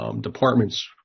departments